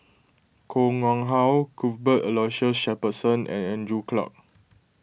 Koh Nguang How Cuthbert Aloysius Shepherdson and Andrew Clarke